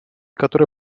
которые